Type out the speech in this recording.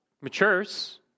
matures